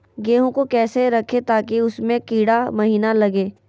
गेंहू को कैसे रखे ताकि उसमे कीड़ा महिना लगे?